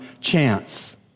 chance